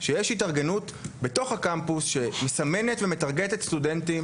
שיש התארגנות בתוך הקמפוס שמסמנת סטודנטים.